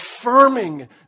Affirming